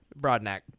Broadneck